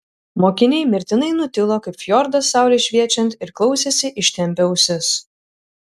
mokiniai mirtinai nutilo kaip fjordas saulei šviečiant ir klausėsi ištempę ausis